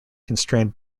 constrained